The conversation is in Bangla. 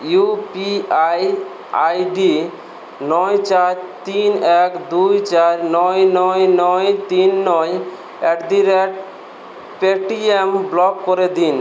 you P I I D নয় চার তিন এক দুই চার নয় নয় নয় তিন নয় at the rate Paytm block করে দিন